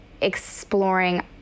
exploring